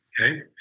Okay